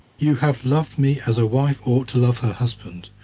you have loved me as a wife ought to love her husband.